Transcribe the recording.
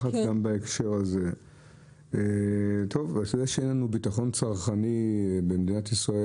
אתה עולה כמבקר, כאזרח תמים, מזמין את החברה,